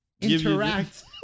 interact